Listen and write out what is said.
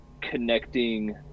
connecting